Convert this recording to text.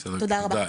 תודה.